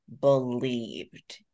believed